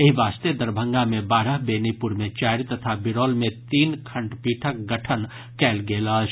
एहि वास्ते दरभंगा मे बारह बेनीपुर मे चारि तथा बिरौल मे तीन खंडपीठक गठन कयल गेल अछि